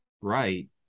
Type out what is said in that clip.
right